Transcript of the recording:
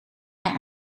hij